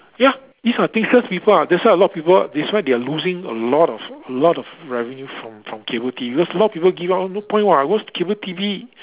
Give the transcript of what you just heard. ya these are things people are that's why a lot people that's why they are losing a lot of a lot of revenue from from cable T_V because a lot of people give up cause no point what cause cable T_V